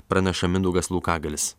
praneša mindaugas laukagalis